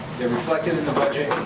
they're reflected in the budget,